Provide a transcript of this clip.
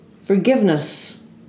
forgiveness